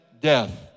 death